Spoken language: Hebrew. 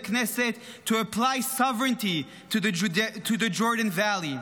Knesset to apply sovereignty to the Jordan Valley,